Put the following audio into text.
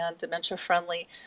dementia-friendly